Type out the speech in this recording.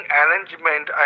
arrangement